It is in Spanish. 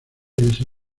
ese